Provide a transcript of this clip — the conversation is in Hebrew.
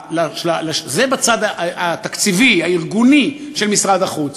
זה בצד התקציבי הארגוני של משרד החוץ.